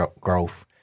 growth